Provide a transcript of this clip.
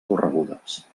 corregudes